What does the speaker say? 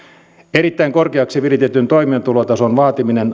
erittäin korkeaksi viritetyn toimeentulotason vaatiminen